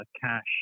cash